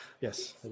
Yes